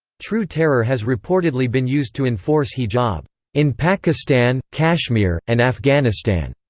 true terror has reportedly been used to enforce hijab in pakistan, kashmir, and afghanistan,